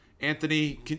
Anthony